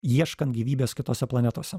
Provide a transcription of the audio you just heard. ieškant gyvybės kitose planetose